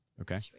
okay